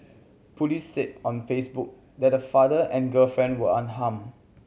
police said on Facebook that the father and girlfriend were unharmed